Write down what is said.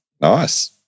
Nice